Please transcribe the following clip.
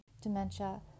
dementia